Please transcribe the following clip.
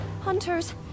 Hunters